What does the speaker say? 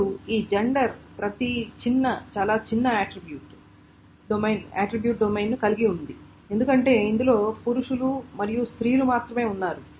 ఇప్పుడు ఈ జెండర్ ప్రతి చాలా చిన్న ఆట్రిబ్యూట్ డొమైన్ ను కలిగి ఉంది ఎందుకంటే ఇందులో పురుషులు మరియు స్త్రీలు మాత్రమే ఉన్నారు